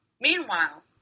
Meanwhile